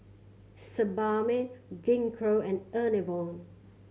Sebamed Gingko and Enervon